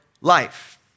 life